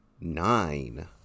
nine